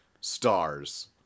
stars